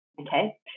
okay